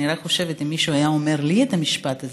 אני רק חושבת שאם מישהו היה אומר לי את המשפט הזה,